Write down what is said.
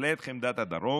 מכללת חמדת הדרום,